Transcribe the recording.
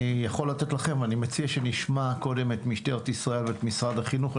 אני מציע שנשמע קודם את משטרת ישראל ואת משרד החינוך,